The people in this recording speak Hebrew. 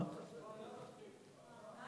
מה